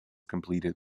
completed